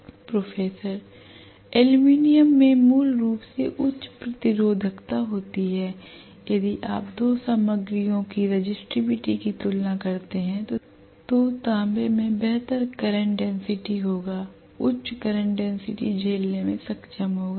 professor aluminium में मूल रूप से उच्च प्रतिरोधकता होती है यदि आप दो सामग्रियों की प्रतिरोधकता की तुलना करते हैं तो तांबे में बेहतर करंट डेंसिटी होगा उच्च करंट डेंसिटी झेलने में सक्षम होगा